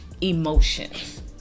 emotions